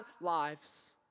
lives